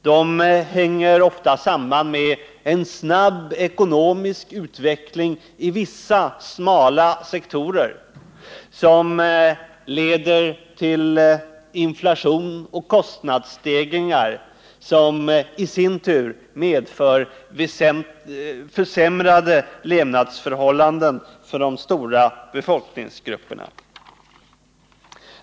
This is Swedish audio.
De hänger ofta samman med en snabb ekonomisk utveckling i vissa smala sektorer, som leder till inflation och kostnadsstegringar, något som i sin tur medför försämrade levnadsförhållanden för stora folkgrupper.